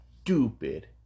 stupid